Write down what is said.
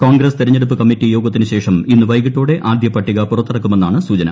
കോൺഗ്രസ് തെരഞ്ഞെടുപ്പ് കമ്മിറ്റി യോഗത്തിന് ശേഷം ഇന്ന് വൈകിട്ടോടെ ആദ്യ പട്ടിക് പുറത്തിറക്കുമെന്നാണ് സൂചന